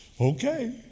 Okay